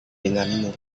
denganmu